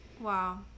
Wow